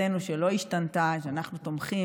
ועמדתנו לא השתנתה: אנחנו תומכים